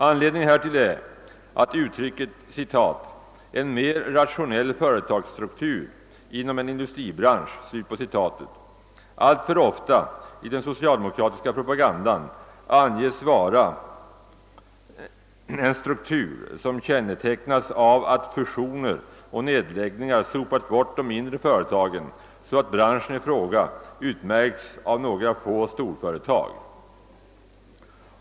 Anledningen härtill är att uttrycket »en mer rationell företagsstruktur inom en industribransch» alltför ofta i den socialdemokratiska propagandan anges vara en struktur, som kännetecknas av att fusioner och nedläggningar sopat bort de mindre företagen, så att branschen i fråga utmärkes av några få storföretag.